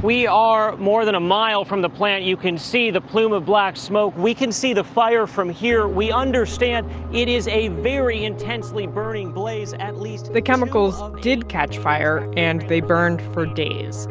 we are more than a mile from the plant. you can see the plume of black smoke. we can see the fire from here. we understand it is a very intensely burning blaze. at least two. the chemicals did catch fire, and they burned for days.